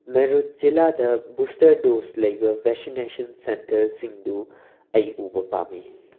ꯃꯦꯔꯨꯠ ꯖꯤꯂꯥꯗ booster dose ꯂꯩꯕ vaccination ꯁꯦꯟꯇꯔꯁꯤꯡꯗꯨ ꯑꯩ ꯎꯕ ꯄꯥꯝꯃꯤ